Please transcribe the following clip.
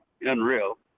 unreal